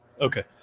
Okay